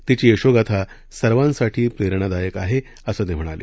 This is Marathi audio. तिची यशोगाथा सर्वांसाठी प्रेरणादायक आहे असं ते म्हणाले